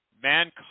man